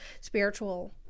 spiritual